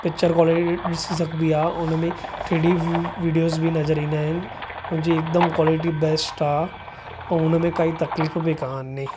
picture quality ॾिसी सघबी आहे उन में थ्री डी वीडियोज़ बि नज़र ईंदा आहिनि हुन जी हिकदमि क्वालिटी बेस्ट आहे ऐं हुन में काई तकलीफ़ बि कोन्हे